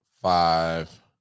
five